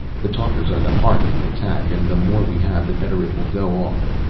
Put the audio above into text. the talkers are the heart of the attack, and the more we have, the better it will go off.